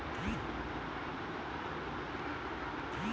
रेसा दैनिक जीवन में बहुत उपयोगी होला